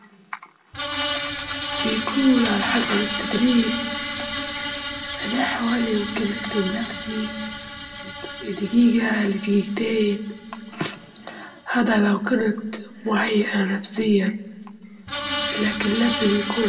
أفضل درجة حرارة في النهار بتكون حوالي من خمسة وعشرين لتلاتين درجة مئوية، وفي الليل بتكون خمستاش لعشرين درجة مئوية، عشان تكون الأجواء مريحة وهادية